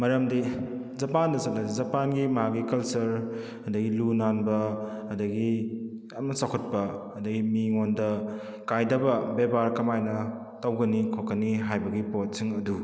ꯃꯔꯝꯗꯤ ꯖꯄꯥꯟꯗ ꯆꯠꯂꯗꯤ ꯖꯄꯥꯟꯒꯤ ꯃꯥꯒꯤ ꯀꯜꯆꯔ ꯑꯗꯒꯤ ꯂꯨ ꯅꯥꯟꯕ ꯑꯗꯒꯤ ꯌꯥꯝꯅ ꯆꯥꯎꯈꯠꯄ ꯑꯗꯒꯤ ꯃꯤꯉꯣꯟꯗ ꯀꯥꯏꯗꯕ ꯕꯦꯕꯥꯔ ꯀꯃꯥꯏꯅ ꯇꯧꯒꯅꯤ ꯈꯣꯠꯀꯅꯤ ꯍꯥꯏꯕꯒꯤ ꯄꯣꯠꯁꯤꯡ ꯑꯗꯨ